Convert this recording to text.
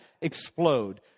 explode